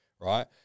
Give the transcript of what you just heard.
right